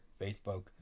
Facebook